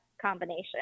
combination